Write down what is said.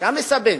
שם מסבן,